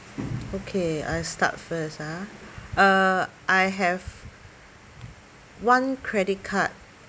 okay I start first ah uh I have one credit card